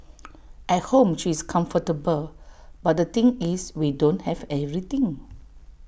at home she's comfortable but the thing is we don't have everything